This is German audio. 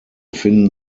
finden